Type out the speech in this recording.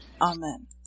Amen